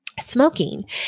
smoking